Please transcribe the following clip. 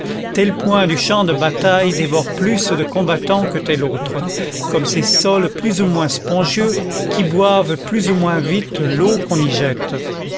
tel point du champ de bataille dévore plus de combattants que tel autre comme ces sols plus ou moins spongieux qui boivent plus ou moins vite l'eau qu'on y jette